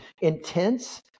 intense